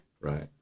Right